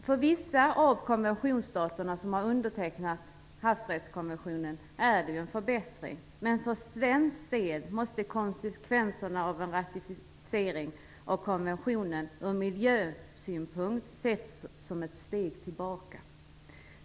För vissa av de stater som har undertecknat havsrättskonventionen blir det en förbättring, men för svensk del måste konsekvenserna av en ratificering av konventionen från miljösynpunkt ses som ett steg tillbaka.